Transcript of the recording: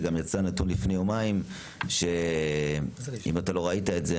וגם יצא נתון לפני יומיים אם לא ראית,